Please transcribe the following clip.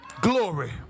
Glory